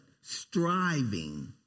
striving